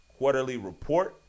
quarterlyreport